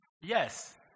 Yes